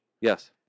Yes